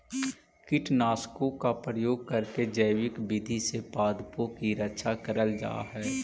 कीटनाशकों का प्रयोग करके जैविक विधि से पादपों की रक्षा करल जा हई